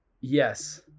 Yes